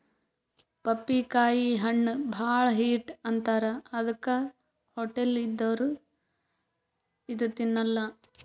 ಪಪ್ಪಿಕಾಯಿ ಹಣ್ಣ್ ಭಾಳ್ ಹೀಟ್ ಅಂತಾರ್ ಅದಕ್ಕೆ ಹೊಟ್ಟಲ್ ಇದ್ದೋರ್ ಇದು ತಿನ್ನಲ್ಲಾ